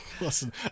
Listen